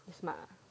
smart ah